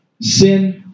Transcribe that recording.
sin